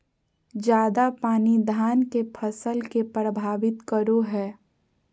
ज्यादा पानी धान के फसल के परभावित करो है?